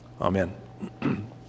amen